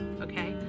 Okay